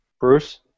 Bruce